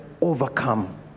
overcome